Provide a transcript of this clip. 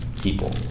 people